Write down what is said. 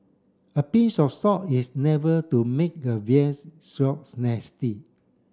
a pinch of salt is never to make a veals